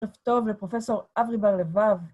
‫ערב טוב לפרופ' אבריבר לבב.